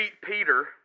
peter